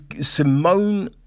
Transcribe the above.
Simone